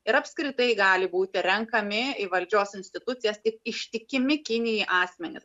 ir apskritai gali būti renkami į valdžios institucijas tik ištikimi kinijai asmenys